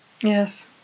Yes